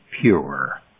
pure